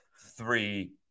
three